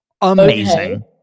amazing